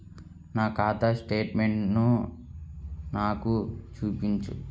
నా ఖాతా స్టేట్మెంట్ను నాకు చూపించు